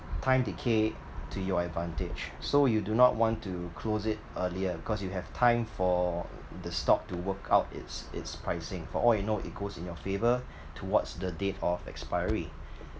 time decay to your advantage so you do not want to close it earlier because you have time for the stock to work out its its pricing for all you know it goes in your favour towards the date of expiry